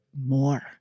more